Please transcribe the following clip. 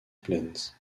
plains